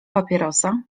papierosa